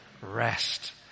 Rest